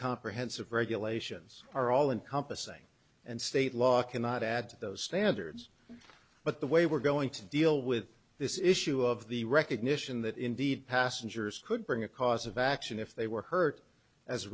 comprehensive regulations are all encompassing and state law cannot add to those standards but the way we're going to deal with this issue of the recognition that indeed passengers could bring a cause of action if they were hurt as a